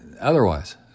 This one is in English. otherwise